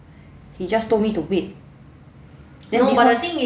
he just told me to wait